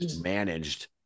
managed